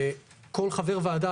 וכל חבר ועדה,